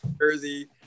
jersey